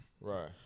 Right